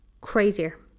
crazier